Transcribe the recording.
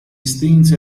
strinse